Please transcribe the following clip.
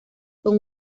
con